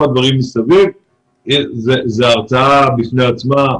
זאת הרצאה בפני עצמה.